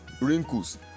wrinkles